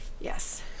Yes